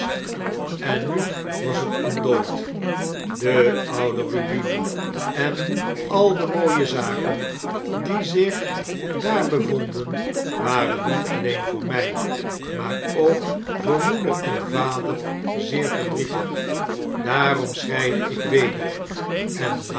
en nu was het ontdooid de oude ruine en al de mooie zaken die zich daar bevonden waren niet alleen voor my maar ook voor moeder en vader zeer verdrietig daarom schreide ik weder en